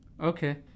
Okay